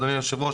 אדוני היושב-ראש,